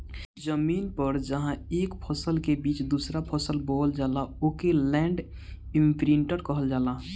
जमीन पर जहां एक फसल के बीच में दूसरा फसल बोवल जाला ओके लैंड इमप्रिन्टर कहल जाला